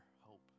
hope